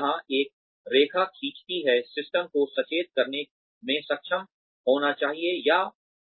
तो जहां एक रेखा खींचती है सिस्टम को सचेत करने में सक्षम होना चाहिए या